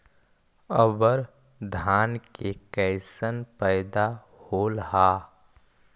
अबर धान के कैसन पैदा होल हा?